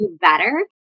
better